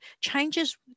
changes